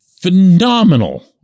phenomenal